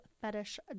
fetish